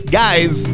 guys